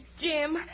Jim